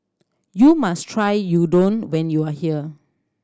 you must try Udon when you are here